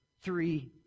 three